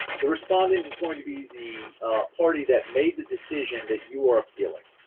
the respondent is going to be the party that made the decision that you are appealing.